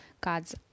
God's